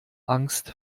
angst